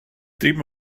dim